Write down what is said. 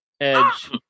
Edge